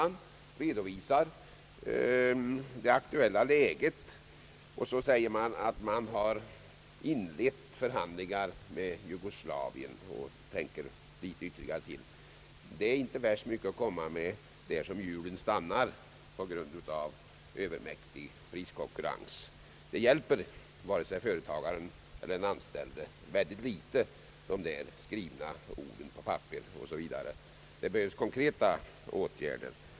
Man har redovisat det aktuella läget, och så säger man att man har inlett förhandlingar med Jugoslavien. Det är inte så värst mycket att komma med. Hjulen stannar på grund av övermäktig priskonkurrens. De där skrivna orden hjälper företagaren och de anställda mycket litet. Det behövs konkreta åtgärder.